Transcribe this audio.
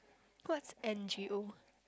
what's N_G_O